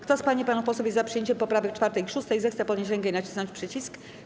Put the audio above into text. Kto z pań i panów posłów jest za przyjęciem poprawek 4. i 6., zechce podnieść rękę i nacisnąć przycisk.